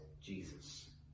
Jesus